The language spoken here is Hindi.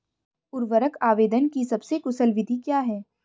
उर्वरक आवेदन की सबसे कुशल विधि क्या है?